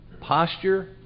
posture